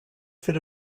fit